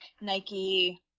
Nike